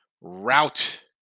route